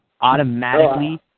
automatically